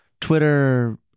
Twitter